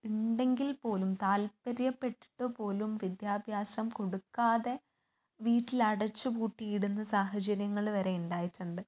ഉണ്ടെങ്കിൽ പോലും താല്പര്യപ്പെട്ടിട്ട് പോലും വിദ്യാഭ്യാസം കൊടുക്കാതെ വീട്ടിൽ അടച്ച് പൂട്ടി ഇടുന്ന സാഹചര്യങ്ങൾ വരെ ഉണ്ടായിട്ടുണ്ട്